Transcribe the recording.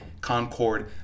Concord